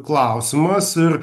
klausimas ir